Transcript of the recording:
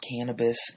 cannabis